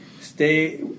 stay